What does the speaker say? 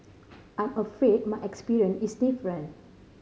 I'm afraid my experience is different